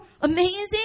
amazing